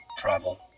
Travel